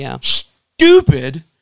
stupid